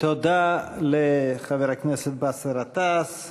תודה לחבר הכנסת באסל גטאס.